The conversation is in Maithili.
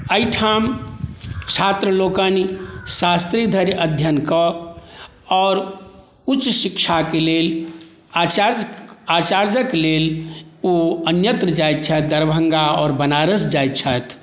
एहिठाम छात्रलोकनि शास्त्री धरि अध्ययन कऽ आओर उच्च शिक्षाके लेल आचार्य आचार्यके लेल ओ अन्यत्र जाइत छथि दरभङ्गा आओर बनारस जाइत छथि